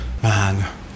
Man